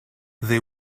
they